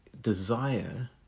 desire